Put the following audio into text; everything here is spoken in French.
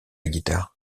guitare